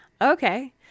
Okay